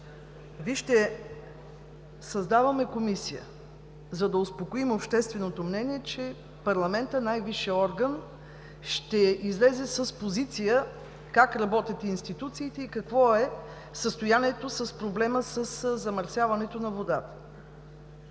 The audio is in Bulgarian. вижте: създаваме Комисия, за да успокоим общественото мнение, че парламентът – най-висшият орган, ще излезе с позиция как работят институциите и какво е състоянието на проблема със замърсяването на водата.